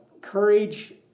Courage